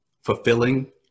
fulfilling